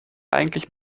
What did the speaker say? eigentlich